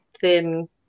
thin